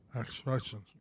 Expressions